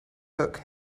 hook